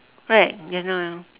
right just now